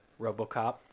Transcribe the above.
robocop